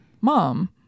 mom